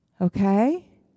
Okay